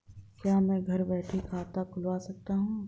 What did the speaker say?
क्या मैं घर बैठे खाता खुलवा सकता हूँ?